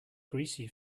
greasy